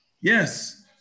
Yes